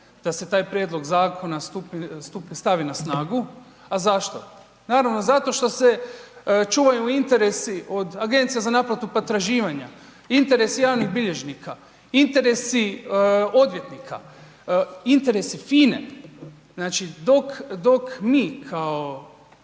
da se taj prijedlog zakona stavi na snagu. A zašto? Naravno zato što se čuvaju interesi od Agencija za naplatu potraživanja, interesi javnih bilježnika, interesi odvjetnika, interesi FINA-e. Znači, dok mi kao